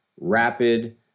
rapid